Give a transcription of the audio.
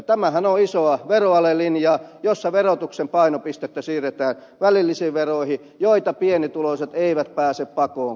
tämähän on isoa veroalelinjaa jossa verotuksen painopistettä siirretään välillisiin veroihin joita pienituloiset eivät pääse pakoon koskaan